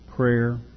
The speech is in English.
prayer